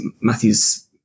Matthew's